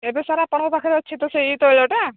ଏବେ ସାର୍ ଆପଣଙ୍କ ପାଖରେ ଅଛି ତ ସେଇ ତୈଳଟା